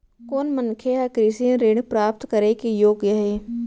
कोन मनखे ह कृषि ऋण प्राप्त करे के योग्य हे?